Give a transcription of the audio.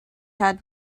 had